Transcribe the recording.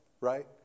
right